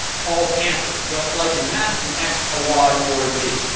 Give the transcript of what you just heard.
called answer. just like in math, an x, a y, or a z.